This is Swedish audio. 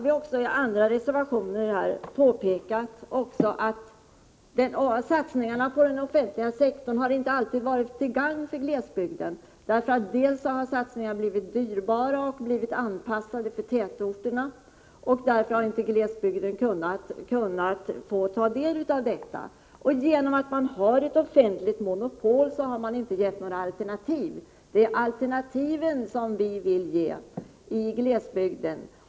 I andra reservationer har vi också pekat på att satsningarna på den offentliga sektorn inte alltid har varit till gagn för glesbygden. Satsningarna har nämligen blivit dyrbara och anpassade till tätorterna, och därför har inte glesbygden kunnat få del av dem. Genom att man har ett offentligt monopol har man inte gett några alternativ, och det är alternativen vi vill ge i glesbygden.